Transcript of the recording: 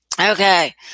Okay